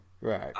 Right